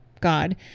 God